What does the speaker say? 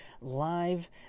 live